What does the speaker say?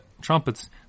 trumpets